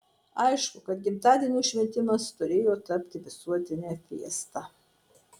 aišku kad gimtadienio šventimas turėjo tapti visuotine fiesta